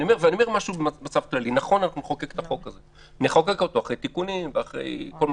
נכון שאנחנו נחוקק את החוק הזה אחרי תיקונים ואחרי כל מה